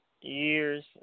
years